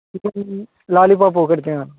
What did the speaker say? chicken lollipop ఒకటి తే